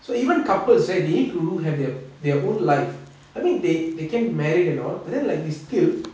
so even couples right they need to do have their their own life I mean they they can be married and all but then like it's still